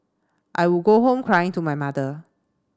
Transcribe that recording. I would go home crying to my mother